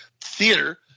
theater